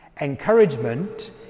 Encouragement